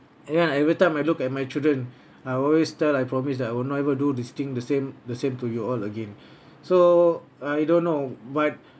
ya every time I look at my children I always tell I promise that I will not never do this thing the same the same to you all again so I don't know but